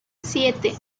siete